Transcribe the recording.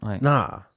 Nah